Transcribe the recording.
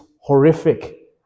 horrific